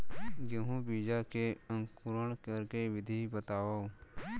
गेहूँ बीजा के अंकुरण करे के विधि बतावव?